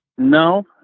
No